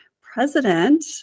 president